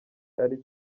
ari